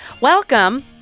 Welcome